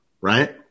right